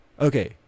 Okay